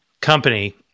company